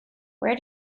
where